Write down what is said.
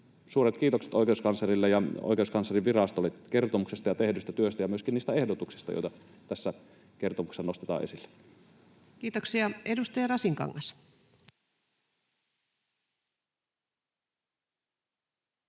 suuret kiitokset oikeuskanslerille ja Oikeuskanslerinvirastolle kertomuksesta ja tehdystä työstä ja myöskin niistä ehdotuksista, joita tässä kertomuksessa nostetaan esille. [Speech 7] Speaker: Ensimmäinen